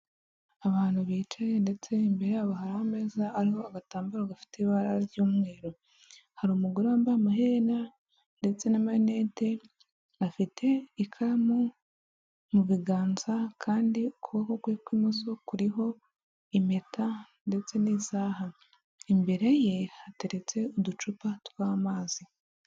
Abantu bicaye ndetse imbere yabo hari ameza ariho agatambaro gafite ibara ry'umweru hari umugore wambaye amaherena ndetse n'amarinete, afite ikaramu mu biganza kandi ukuboko kwe kw'imoso kuriho impeta ndetse n'isaha imbere ye hateretse uducupa tw'amazi.